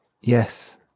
Yes